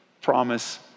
promise